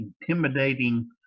intimidating